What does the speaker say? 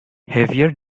heavier